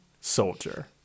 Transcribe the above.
soldier